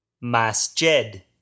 Masjid